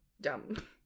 dumb